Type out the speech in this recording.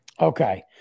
okay